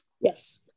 Yes